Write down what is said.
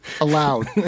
allowed